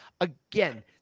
Again